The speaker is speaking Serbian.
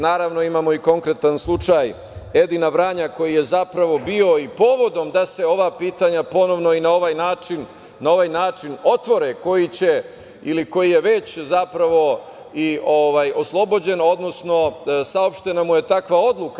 Naravno, imamo i konkretan slučaj Edina Vranja, koji je zapravo bio i povod da se ova pitanja ponovo i na ovaj način otvore, koji će, ili koji je već zapravo oslobođen, odnosno, saopštena mu je takva odluka.